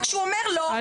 וכשהוא אומר לא,